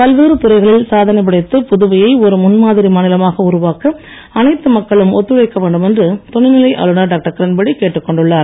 பல்வேறு துறைகளில் சாதனை படைத்து புதுவையை ஒரு முன்மாதிரி மாநிலமாக உருவாக்க அனைத்து மக்களும் ஒத்துழைக்க வேண்டும் என்று துணைநிலை ஆளுநர் டாக்டர் கிரண்பேடி கேட்டுக் கொண்டுள்ளார்